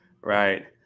right